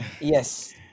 Yes